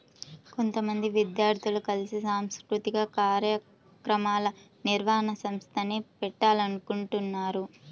కొంతమంది విద్యార్థులు కలిసి సాంస్కృతిక కార్యక్రమాల నిర్వహణ సంస్థని పెట్టాలనుకుంటన్నారు